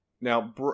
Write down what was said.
now